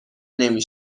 نمی